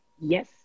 Yes